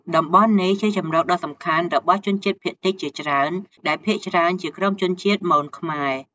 តំបន់នេះជាជម្រកដ៏សំខាន់របស់ជនជាតិភាគតិចជាច្រើន ដែលភាគច្រើនជាក្រុមជនជាតិមន-ខ្មែរ។